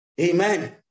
Amen